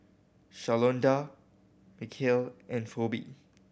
Shalonda Mikeal and Phoebe